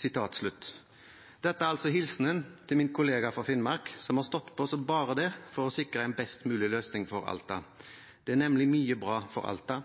Dette er altså hilsenen til min kollega fra Finnmark, som har stått på som bare det for å sikre en best mulig løsning for Alta. Det er nemlig mye bra for Alta